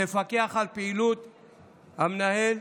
תפקח על פעילות המנהל.